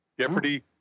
Jeopardy